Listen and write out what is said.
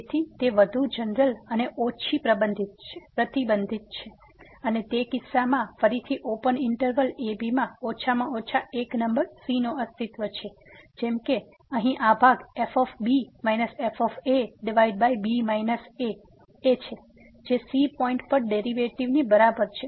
તેથી તે વધુ જનરેલ અને ઓછી પ્રતિબંધિત છે અને તે કિસ્સામાં ફરીથી ઓપન ઈંટરવલ a b માં ઓછામાં ઓછા એક નંબર c નો અસ્તિત્વ છે જેમ કે અહીં આ ભાગ f b f ab a જે c પોઈંટ પરના ડેરીવેટીવ ડેરિવેટિવ ની બરાબર છે